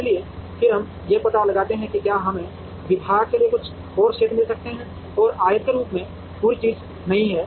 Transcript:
इसलिए फिर हम यह पता लगाते हैं कि क्या हमें विभाग के लिए कुछ और क्षेत्र मिल सकते हैं और आयत के रूप में पूरी चीज नहीं है